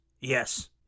Yes